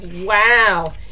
Wow